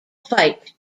fight